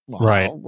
Right